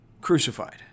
crucified